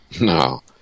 No